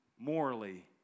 Morally